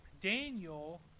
Daniel